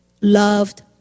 loved